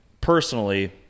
personally